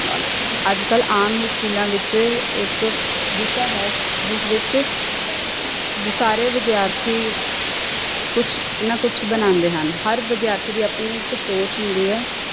ਅੱਜ ਕੱਲ੍ਹ ਆਮ ਇਹ ਸਕੂਲਾਂ ਵਿੱਚ ਇੱਕ ਵਿਸ਼ਾ ਹੈ ਜਿਸ ਵਿੱਚ ਸ ਸਾਰੇ ਵਿਦਿਆਰਥੀ ਕੁਛ ਨਾ ਕੁਛ ਬਣਾਉਂਦੇ ਹਨ ਹਰ ਵਿਦਿਆਰਥੀ ਦੀ ਆਪਣੀ ਇੱਕ ਸੋਚ ਹੁੰਦੀ ਆ